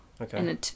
Okay